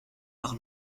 par